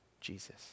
Jesus